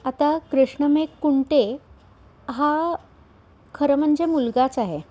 आता कृष्णमेघ कुंटे हा खरं म्हणजे मुलगाच आहे